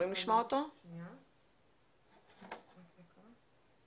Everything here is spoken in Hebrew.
אין ספק שהדיון הזה היום,